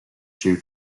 due